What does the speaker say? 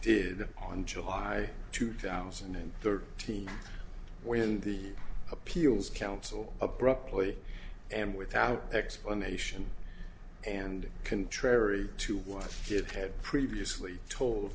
did on july two thousand and thirteen when the appeals counsel abruptly and without explanation and contrary to what good had previously told